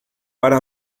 para